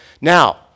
Now